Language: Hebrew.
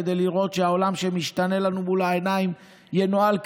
כדי לראות שהעולם שמשתנה לנו מול העיניים ינוהל כראוי,